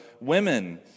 women